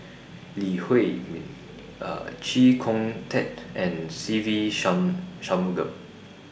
Lee Huei Min Chee Kong Tet and Se Ve Shanmugam